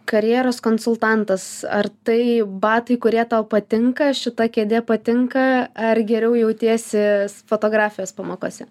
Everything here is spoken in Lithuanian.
karjeros konsultantas ar tai batai kurie tau patinka šita kėdė patinka ar geriau jautiesi fotografijos pamokose